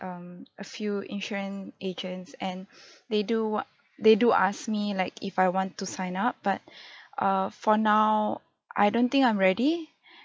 um a few insurance agents and they do a~ they do ask me like if I want to sign up but uh for now I don't think I'm ready